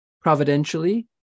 Providentially